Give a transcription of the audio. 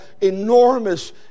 enormous